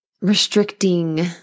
restricting